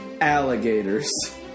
Alligators